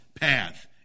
path